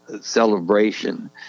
celebration